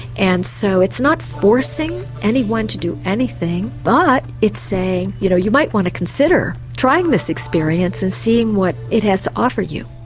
and so it's not forcing anyone to do anything, but it's saying, you know, you might want to consider trying this experience and seeing what it has to offer you.